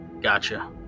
Gotcha